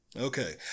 Okay